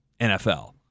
NFL